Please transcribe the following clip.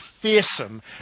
fearsome